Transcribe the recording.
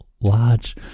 large